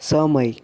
સમય